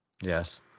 Yes